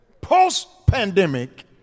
post-pandemic